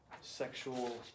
sexual